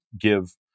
give